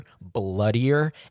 bloodier